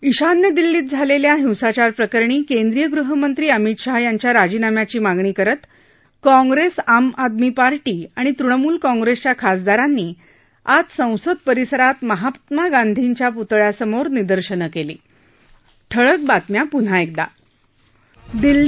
ईशान्य दिल्लीत झालख्खा हिंसाचार प्रकरणी केंद्रीय गृहमंत्री अमित शहा यांच्या राजीनाम्याची मागणी करत काँग्रस्त्री आम आदमी पार्टी आणि तृणमूल काँग्रस्त्रिया खासदारांनी आज संसद परिसरात महात्मा गांधीच्या पुतळ्यासमोर निदर्शनं कल्ली